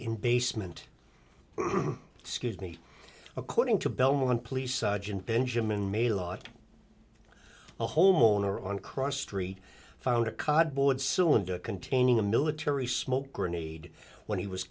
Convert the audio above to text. in basement skinny according to belmont police sergeant benjamin made a lot a homeowner on cross street found a cardboard cylinder containing a military smoke grenade when he was